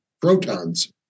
protons